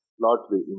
largely